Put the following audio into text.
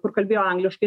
kur kalbėjo angliškai